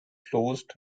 closed